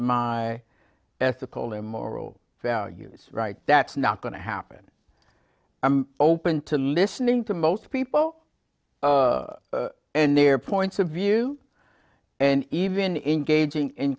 my ethical or moral values right that's not going to happen i'm open to listening to most people and their points of view and even engaging in